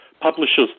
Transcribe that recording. publishers